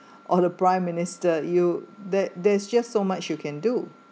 or the prime minister you that there's just so much you can do